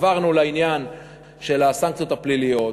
עברנו לעניין של הסנקציות הפליליות,